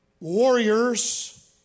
warriors